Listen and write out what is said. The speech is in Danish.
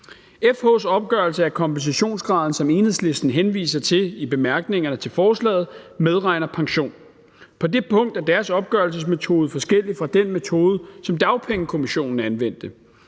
FH's opgørelse af kompensationsgraden, som Enhedslisten henviser til i bemærkningerne til forslaget, medregner pension. På det punkt er deres opgørelsesmetode forskellig fra den metode, som Dagpengekommissionen anvendte.